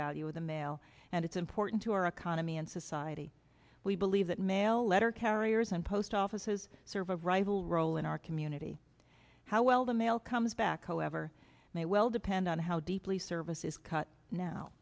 value of the mail and it's important to our economy and society we believe that mail letter carriers and post offices serve a rival role in our community how well the mail comes back however may well depend on how deeply service is cut now